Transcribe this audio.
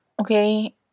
okay